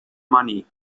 money